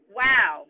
wow